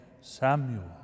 Samuel